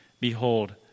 Behold